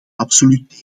absoluut